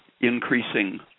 increasing